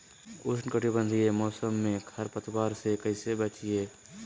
उष्णकटिबंधीय मौसम में खरपतवार से कैसे बचिये?